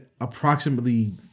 approximately